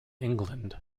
england